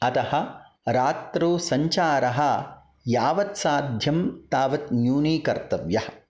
अतः रात्रौ सञ्चारः यावत् साध्यं तावत् न्यूनीकर्तव्या